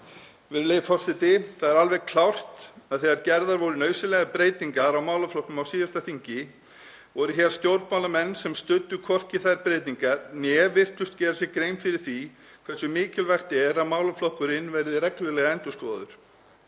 Virðulegi forseti. Það er alveg klárt að þegar gerðar voru nauðsynlegar breytingar á málaflokknum á síðasta þingi voru hér stjórnmálamenn sem studdu hvorki þær breytingar né virtust gera sér grein fyrir því hversu mikilvægt er að málaflokkurinn verði reglulega endurskoðaður.